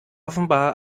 offenbar